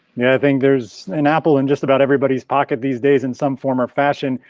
yeah, i think there's an apple and just about everybody's pocket these days in some form of fashion.